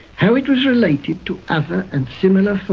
how it was related to other and similar